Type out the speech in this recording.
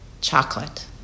chocolate